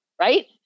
Right